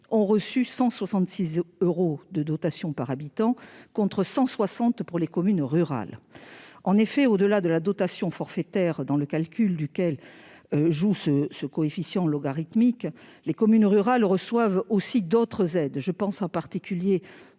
ont reçu 166 euros de dotation par habitant, contre 160 euros pour les communes rurales. En effet, au-delà de la dotation forfaitaire, dans le calcul de laquelle joue le coefficient logarithmique, les communes rurales reçoivent aussi d'autres aides. Je pense en particulier